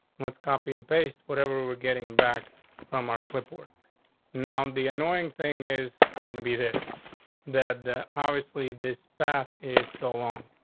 what's copy and paste? whatever we're getting back from our clipboard now, the annoying thing is gonna be this that the obviously this path is so long.